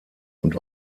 und